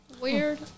Weird